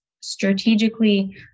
strategically